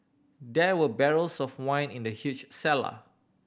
there were barrels of wine in the huge cellar